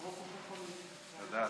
רגע,